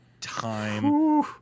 time